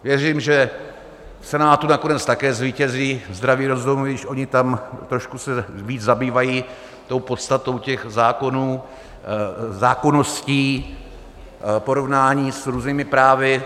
Věřím, že v Senátu nakonec také zvítězí zdravý rozum, i když oni tam trošku se víc zabývají tou podstatou těch zákonů, zákonností, porovnáním s různými právy.